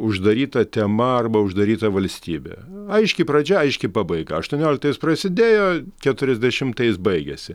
uždaryta tema arba uždaryta valstybė aiški pradžia aiški pabaiga aštuonioliktais prasidėjo keturiasdešimtais baigėsi